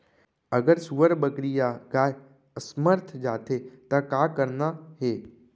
अगर सुअर, बकरी या गाय असमर्थ जाथे ता का करना हे?